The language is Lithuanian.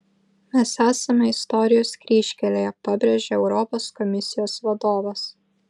mes esame istorijos kryžkelėje pabrėžė europos komisijos vadovas